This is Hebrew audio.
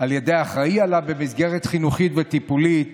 בידי האחראי לו במסגרת חינוכית וטיפולית